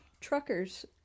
truckers